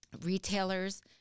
retailers